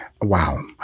Wow